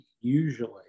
usually